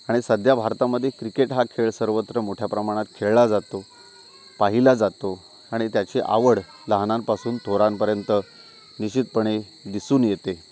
आणि सध्या भारतामध्ये क्रिकेट हा खेळ सर्वत्र मोठ्या प्रमाणात खेळला जातो पाहिला जातो आणि त्याची आवड लहानांपासून थोरांपर्यंत निश्चितपणे दिसून येते